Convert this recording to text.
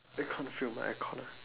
I can't feel my aircon ah